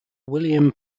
william